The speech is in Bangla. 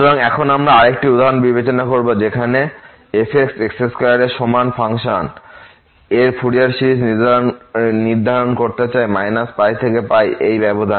এবং এখন আমরা আরেকটি উদাহরণ বিবেচনা করব যেখানে আমরা f x2 এর সমান ফাংশন এর ফুরিয়ার সিরিজ নির্ধারণ করতে চাই π π এই ব্যবধান এ